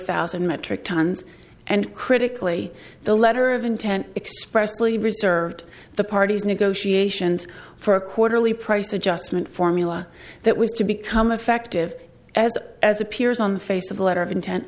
thousand metric tons and critically the letter of intent expressly reserved the party's negotiations for a quarterly price adjustment formula that was to become effective as as appears on the face of the letter of intent